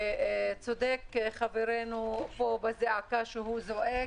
צודק חברנו פה בזעקה שהוא זועק.